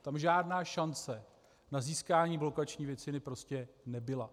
Tam žádná šance na získání blokační většiny prostě nebyla.